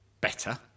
better